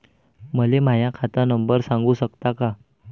मले माह्या खात नंबर सांगु सकता का?